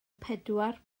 pedwar